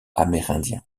amérindien